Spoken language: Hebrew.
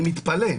אני מתפלא,